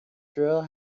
drill